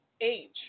age